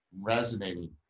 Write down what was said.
resonating